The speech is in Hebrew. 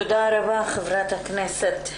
תודה רבה, חברת הכנסת.